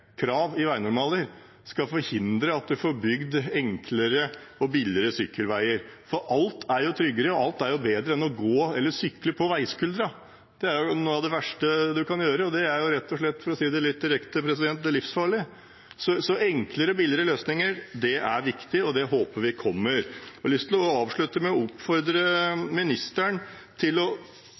krav i veinormaler skal forhindre at man får bygd enklere og billigere sykkelveier. Alt er jo tryggere og bedre enn å gå eller sykle på veiskulderen. Det er jo noe av det verste man kan gjøre. Det er rett og slett livsfarlig, for å si det litt direkte. Så enklere og billigere løsninger er viktig, og det håper vi kommer. Jeg har lyst til å avslutte med å oppfordre ministeren til å